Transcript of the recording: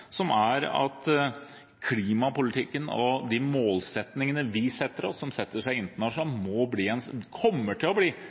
som er at klimapolitikken og de målsettingene vi setter oss, som man setter seg